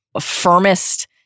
firmest